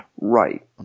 Right